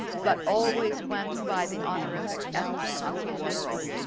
but always went by the honorific x consul general.